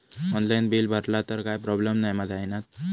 Online bill भरला तर काय प्रोब्लेम नाय मा जाईनत?